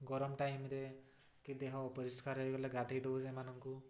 ଗରମ ଟାଇମ୍ରେ କି ଦେହ ଅପରିଷ୍କାର ହେଇଗଲେ ଗାଧୋଇ ଦେଉ ସେମାନଙ୍କୁ